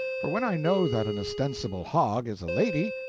for when i know that an ostensible hog is a lady,